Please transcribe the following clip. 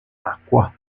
acqua